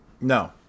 No